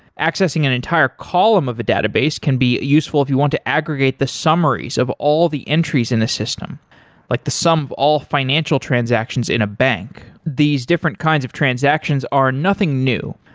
accessing an entire column of the database can be useful if you want to aggregate the summaries of all the entries in the system like the sum of all financial transactions in a bank. these different kinds of transactions are nothing new,